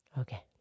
Okay